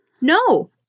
No